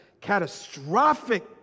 catastrophic